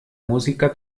música